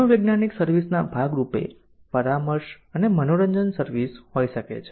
મનોવૈજ્ઞાનિક સર્વિસ ના ભાગરૂપે પરામર્શ અને મનોરંજન સર્વિસ હોઈ શકે છે